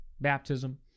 baptism